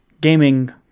gaming